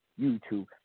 YouTube